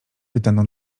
pytano